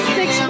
six